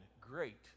Great